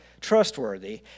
trustworthy